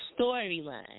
storyline